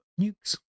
nukes